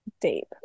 deep